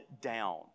down